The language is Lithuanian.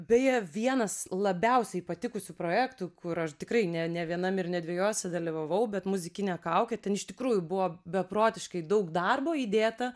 beje vienas labiausiai patikusių projektų kur aš tikrai ne ne vienam ir ne dviejuose dalyvavau bet muzikinė kaukė ten iš tikrųjų buvo beprotiškai daug darbo įdėta